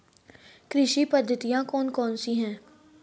कृषि पद्धतियाँ कौन कौन सी हैं?